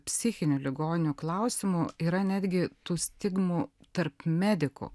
psichinių ligonių klausim yra netgi tų stigmų tarp medikų